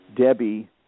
Debbie